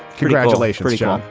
congratulations john.